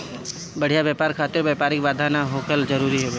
बढ़िया व्यापार खातिर व्यापारिक बाधा ना होखल जरुरी हवे